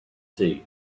tea